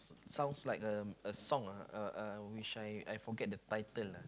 sounds like uh a song uh which I I forget the title uh